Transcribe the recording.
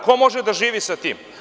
Ko može da živi sa tim?